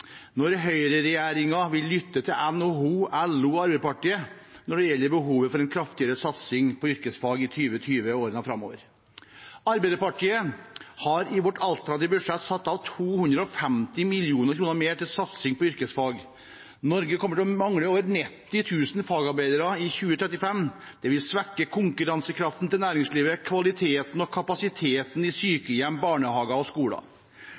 når høyreregjeringen vil lytte til NHO, LO og Arbeiderpartiet når det gjelder behovet for en kraftigere satsing på yrkesfag i 2020 og i årene framover. Arbeiderpartiet har i sitt alternative budsjett satt av 250 mill. kr mer til satsing på yrkesfag. Norge kommer til å mangle over 90 000 fagarbeidere i 2035. Det vil svekke konkurransekraften til næringslivet og kvaliteten og kapasiteten i sykehjem, barnehager